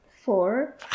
Four